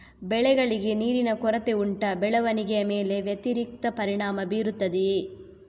ಬೆಳೆಗಳಿಗೆ ನೀರಿನ ಕೊರತೆ ಉಂಟಾ ಬೆಳವಣಿಗೆಯ ಮೇಲೆ ವ್ಯತಿರಿಕ್ತ ಪರಿಣಾಮಬೀರುತ್ತದೆಯೇ?